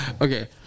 Okay